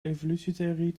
evolutietheorie